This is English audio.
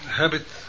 habit